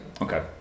Okay